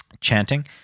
chanting